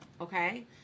Okay